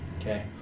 Okay